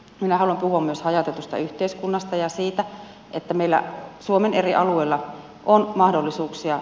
minä haluan puhua myös hajautetusta yhteiskunnasta ja siitä että meillä suomen eri alueilla on mahdollisuuksia